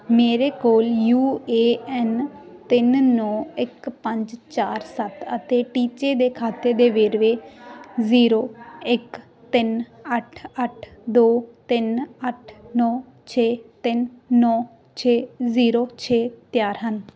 ਮੇਰੇ ਕੋਲ U A N ਤਿੰਨ ਨੌਂ ਇੱਕ ਪੰਜ ਚਾਰ ਸੱਤ ਅਤੇ ਟੀਚੇ ਦੇ ਖਾਤੇ ਦੇ ਵੇਰਵੇ ਜ਼ੀਰੋ ਇੱਕ ਤਿੰਨ ਅੱਠ ਅੱਠ ਦੋ ਤਿੰਨ ਅੱਠ ਨੌਂ ਛੇ ਤਿੰਨ ਚਾਰ ਨੌਂ ਛੇ ਜ਼ੀਰੋ ਛੇ ਤਿਆਰ ਹਨ